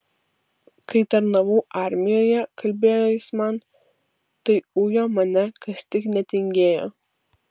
kai tarnavau armijoje kalbėjo jis man tai ujo mane kas tik netingėjo